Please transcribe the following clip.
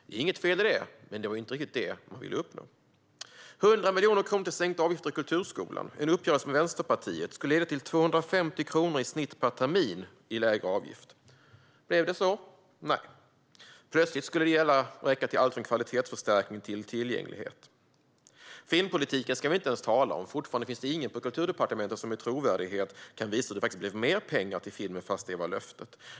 Det är inget fel i det, men det var inte riktigt det man ville uppnå. De 100 miljoner kronorna till sänkta avgifter i Kulturskolan, en uppgörelse med Vänsterpartiet, skulle leda till i snitt 250 kronor per termin i lägre avgift. Blev det så? Nej, plötsligt skulle det räcka till alltifrån kvalitetsförstärkning till tillgänglighet. Filmpolitiken ska vi inte ens tala om. Fortfarande finns det ingen på Kulturdepartementet som med trovärdighet kan visa att det faktiskt blev mer pengar till filmen, fast det var löftet.